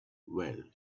well